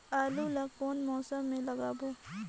आलू ला कोन मौसम मा लगाबो?